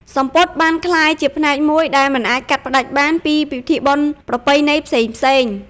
សំពត់បានក្លាយជាផ្នែកមួយដែលមិនអាចកាត់ផ្ដាច់បានពីពិធីបុណ្យប្រពៃណីផ្សេងៗ។